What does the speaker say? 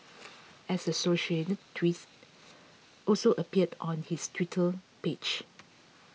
an associated tweet also appeared on his Twitter page